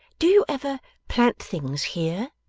do you ever plant things here